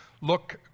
look